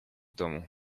domu